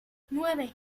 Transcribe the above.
nueve